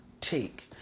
take